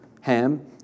Ham